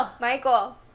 Michael